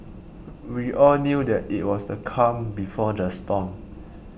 we all knew that it was the calm before the storm